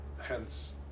Hence